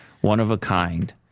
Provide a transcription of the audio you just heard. One-of-a-kind